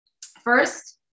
first